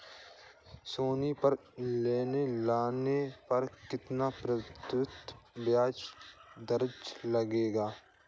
सोनी पर लोन लेने पर कितने प्रतिशत ब्याज दर लगेगी?